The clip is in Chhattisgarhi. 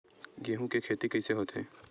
गेहूं के खेती कइसे होथे?